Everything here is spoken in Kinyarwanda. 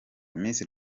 miss